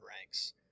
ranks